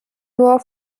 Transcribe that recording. nur